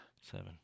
Seven